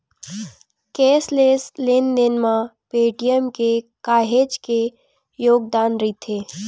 cashless लेन देन म पेटीएम के काहेच के योगदान रईथ